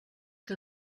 que